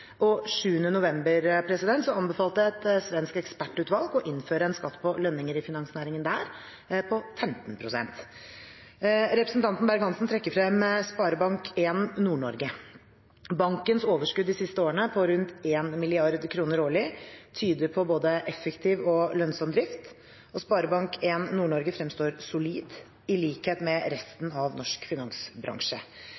og 7. november anbefalte et svensk ekspertutvalg å innføre en skatt på lønninger i finansnæringen der på 15 pst. Representanten Berg-Hansen trekker frem SpareBank 1 Nord-Norge. Bankens overskudd de siste årene – på rundt 1 mrd. kr årlig – tyder på både effektiv og lønnsom drift, og SpareBank 1 Nord-Norge fremstår som solid, i likhet med